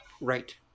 Right